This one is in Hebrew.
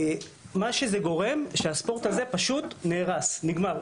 מה שזה גורם, שהספורט הזה פשוט נהרס, נגמר.